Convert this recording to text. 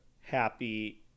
happy